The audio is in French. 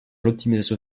l’optimisation